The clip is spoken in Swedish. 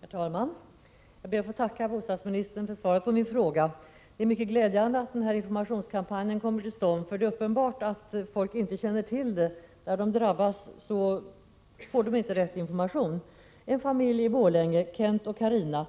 Herr talman! Jag ber att få tacka bostadsministern för svaret på min fråga. Det är mycket glädjande att den här informationskampanjen kom till stånd, eftersom det är uppenbart att folk inte känner till vad som gäller. När de drabbas får de inte heller riktig information. En familj i Borlänge, Kent och Carina,